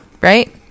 right